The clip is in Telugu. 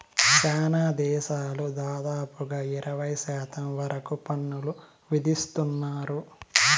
శ్యానా దేశాలు దాదాపుగా ఇరవై శాతం వరకు పన్నులు విధిత్తున్నారు